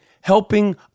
helping